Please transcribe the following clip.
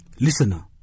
Listener